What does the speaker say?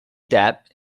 depp